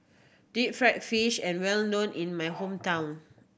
deep fried fish is well known in my hometown